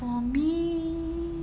for me